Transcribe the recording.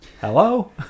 hello